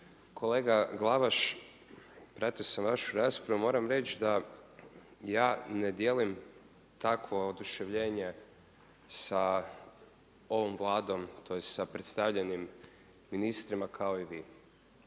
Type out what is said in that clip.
Kolega Glavaš pratio sam vašu raspravu i moram reći da ja ne dijelim takvo oduševljenje sa ovom Vladom tj. sa predstavljanjem ministara kao i vi.